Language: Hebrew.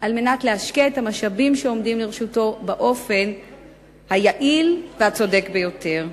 על מנת להשקיע את המשאבים שעומדים לרשותו באופן היעיל והצודק ביותר.